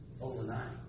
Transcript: overnight